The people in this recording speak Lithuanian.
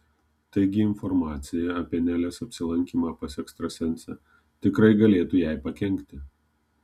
taigi informacija apie nelės apsilankymą pas ekstrasensę tikrai galėtų jai pakenkti